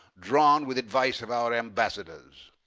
drawn with advice of our ambassadors.